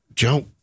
Joe